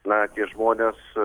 na tie žmonės